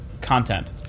content